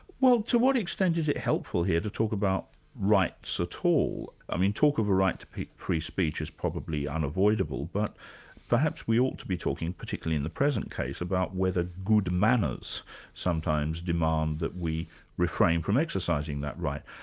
well, to what extent is it helpful here to talk about rights so at all? i mean, talk of a right to free speech is probably unavoidable, but perhaps we ought to be talking particularly in the present case, about whether good manners sometimes demand that we refrain from exercising that right.